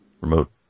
Remote